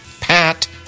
Pat